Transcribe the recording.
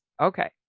Okay